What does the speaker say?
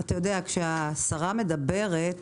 כשהשרה מדברת